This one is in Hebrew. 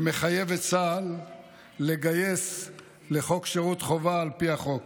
שמחייב את צה"ל לגייס לשירות חובה על פי החוק.